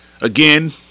again